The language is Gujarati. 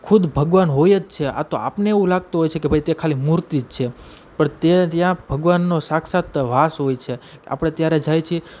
ખુદ ભગવાન હોય જ છે આ તો આપને એવું લાગતું હોય છે કે ભાઈ તે ખાલી મૂર્તિ જ છે પણ તે ત્યાં ભગવાનનો સાક્ષાત વાસ હોય છે આપણે ત્યારે જઈએ છીએ